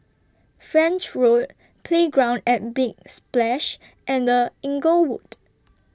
French Road Playground At Big Splash and The Inglewood